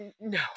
No